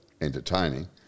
entertaining